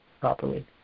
properly